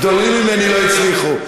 גדולים ממני לא הצליחו.